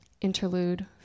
Interlude